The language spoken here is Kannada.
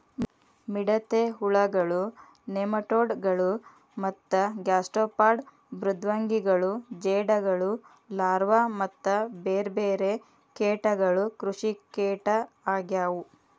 ಮಿಡತೆ ಹುಳಗಳು, ನೆಮಟೋಡ್ ಗಳು ಮತ್ತ ಗ್ಯಾಸ್ಟ್ರೋಪಾಡ್ ಮೃದ್ವಂಗಿಗಳು ಜೇಡಗಳು ಲಾರ್ವಾ ಮತ್ತ ಬೇರ್ಬೇರೆ ಕೇಟಗಳು ಕೃಷಿಕೇಟ ಆಗ್ಯವು